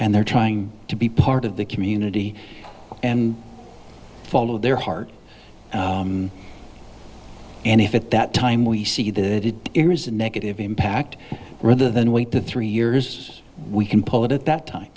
and they're trying to be part of the community and follow their heart and if at that time we see that it is a negative impact rather than wait the three years we can pull it at that time